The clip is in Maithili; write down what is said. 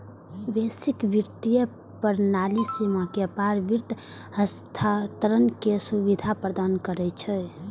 वैश्विक वित्तीय प्रणाली सीमा के पार वित्त हस्तांतरण के सुविधा प्रदान करै छै